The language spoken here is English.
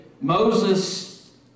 Moses